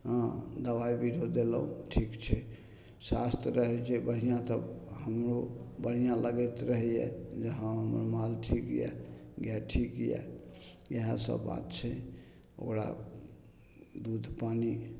हँ दवाइ बिरो देलहुँ ठीक छै स्वास्थ्य रहै छै बढ़िआँ तऽ हमरो बढ़िआँ लागैत रहैए जे हँ हमर माल ठीक अइ गाइ ठीक अइ इएहसब बात छै ओकरा दूध पानी